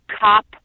cop